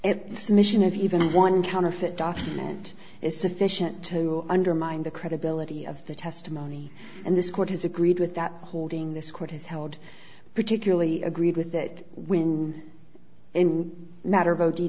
its mission of even one counterfeit document is sufficient to undermine the credibility of the testimony and this court has agreed with that holding this court has held particularly agreed with that when in matter of o